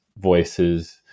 voices